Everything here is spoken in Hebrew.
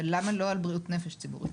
ולמה לא על בריאות נפש ציבורית?